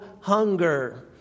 hunger